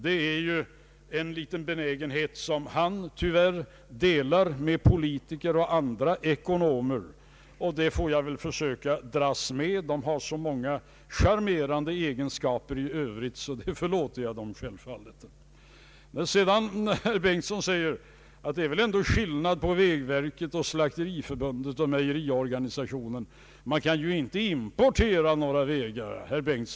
Detta är en liten benägenhet som han tyvärr delar med politiker och andra ekonomer, och det får jag väl försöka dras med; de har så många charmerande egenskaper i övrigt, att det förlåter jag dem självfallet. Men sedan säger herr Bengtson att det är väl ändå skillnad på vägverket och Slakteriförbundet och mejeriorganisationen. Man kan ju inte importera några vägar, säger herr Bengtson.